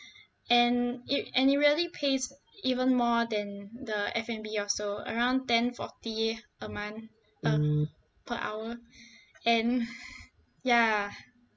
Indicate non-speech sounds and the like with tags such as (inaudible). and it and it really pays even more than the F_N_B also around ten forty a month um per hour and (laughs) ya